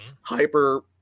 hyper